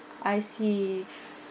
I see